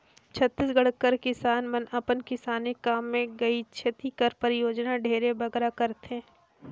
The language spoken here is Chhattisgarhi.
छत्तीसगढ़ कर किसान मन अपन किसानी काम मे गइती कर परियोग ढेरे बगरा करथे